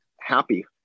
happy